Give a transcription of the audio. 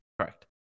correct